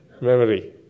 memory